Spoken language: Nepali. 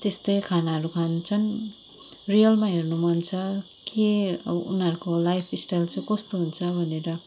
त्यस्तै खानाहरू खान्छन् रियलमा हेर्नु मन छ के अब उनीहरूको लाइफ स्टाइल चाहिँ कस्तो हुन्छ भनेर